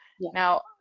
now